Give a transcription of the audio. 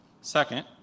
Second